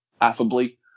affably